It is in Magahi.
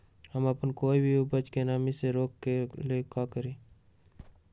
हम अपना कोई भी उपज के नमी से रोके के ले का करी?